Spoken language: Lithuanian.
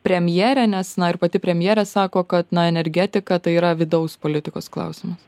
premjerė nes na ir pati premjerė sako kad energetika tai yra vidaus politikos klausimas